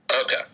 Okay